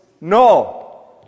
No